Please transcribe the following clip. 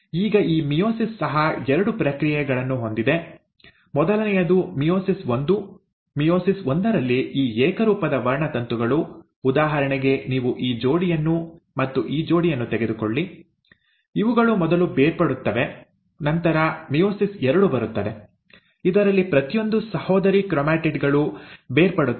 ಈಗ ಈ ಮಿಯೋಸಿಸ್ ಸಹ ಎರಡು ಪ್ರಕ್ರಿಯೆಗಳನ್ನು ಹೊಂದಿದೆ ಮೊದಲನೆಯದು ಮಿಯೋಸಿಸ್ ಒಂದು ಮಿಯೋಸಿಸ್ ಒಂದರಲ್ಲಿ ಈ ಏಕರೂಪದ ವರ್ಣತಂತುಗಳು ಉದಾಹರಣೆಗೆ ನೀವು ಈ ಜೋಡಿಯನ್ನು ಮತ್ತು ಈ ಜೋಡಿಯನ್ನು ತೆಗೆದುಕೊಳ್ಳಿ ಇವುಗಳು ಮೊದಲು ಬೇರ್ಪಡುತ್ತವೆ ನಂತರ ಮಿಯೋಸಿಸ್ ಎರಡು ಬರುತ್ತದೆ ಇದರಲ್ಲಿ ಪ್ರತಿಯೊಂದು ಸಹೋದರಿ ಕ್ರೊಮ್ಯಾಟಿಡ್ ಗಳು ಬೇರ್ಪಡುತ್ತವೆ